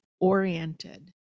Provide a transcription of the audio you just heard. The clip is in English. oriented